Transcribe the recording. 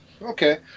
Okay